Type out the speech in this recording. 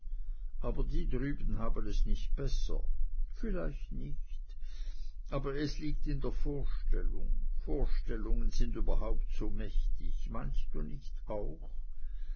aber die drüber haben es nicht besser vielleicht nicht aber es liegt in der vorstellung vorstellungen sind überhaupt so mächtig meinst du nicht auch